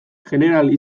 jeneral